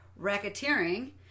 racketeering